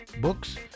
books